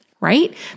right